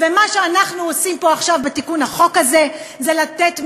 ומה שאנחנו עושים פה עכשיו בתיקון החוק הזה זה לתת מדרג,